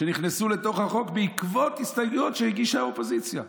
שנכנסו לתוך החוק בעקבות הסתייגויות שהגישה האופוזיציה.